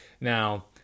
Now